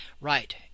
right